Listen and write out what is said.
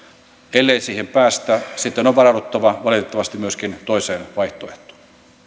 ellei siihen päästä sitten on varauduttava valitettavasti myöskin toiseen vaihtoehtoon sitten vielä